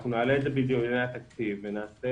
אנחנו נעלה את זה בדיוני התקציב ונעשה